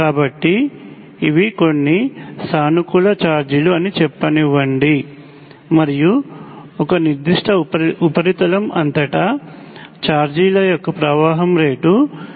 కాబట్టి ఇవి కొన్ని సానుకూలఛార్జ్ లు అని చెప్పనివ్వండి మరియు ఒక నిర్దిష్ట ఉపరితలం అంతటా ఛార్జ్ ల ప్రవాహం రేటు dQdt